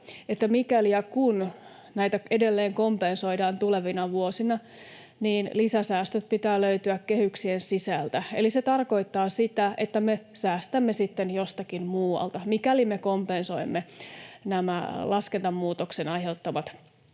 mikäli ja kun näitä edelleen kompensoidaan tulevina vuosina, lisäsäästöjen pitää löytyä kehyksien sisältä. Se tarkoittaa sitä, että me säästämme sitten jostakin muualta, mikäli me kompensoimme laskennan muutoksen aiheuttamat kulut